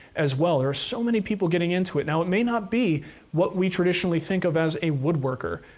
as well. there are so many people getting into it. now it may not be what we traditionally think of as a woodworker,